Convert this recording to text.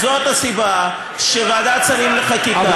זו הסיבה שוועדת שרים לחקיקה,